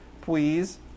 please